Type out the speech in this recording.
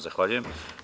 Zahvaljujem.